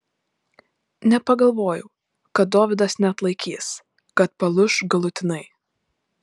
nepagalvojau kad dovydas neatlaikys kad palūš galutinai